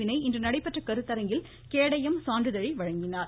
வினய் இன்று நடைபெற்ற கருத்தரங்கில் கேடயம் சான்றிதழை வழங்கினார்